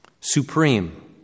supreme